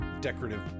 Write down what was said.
decorative